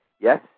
Yes